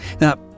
Now